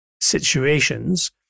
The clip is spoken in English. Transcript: situations